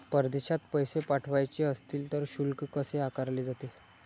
परदेशात पैसे पाठवायचे असतील तर शुल्क कसे आकारले जाते?